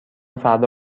فردا